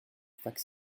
fac